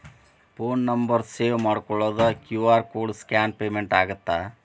Phone number save ಮಾಡಿಕೊಳ್ಳದ QR code scan payment ಆಗತ್ತಾ?